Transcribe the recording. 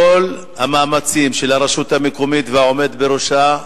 כל המאמצים של הרשות המקומית והעומד בראשה,